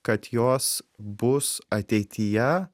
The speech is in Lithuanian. kad jos bus ateityje